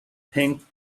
pink